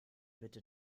bitte